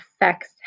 affects